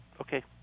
Okay